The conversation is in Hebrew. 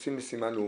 חצי משימה לאומית.